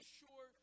sure